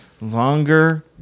longer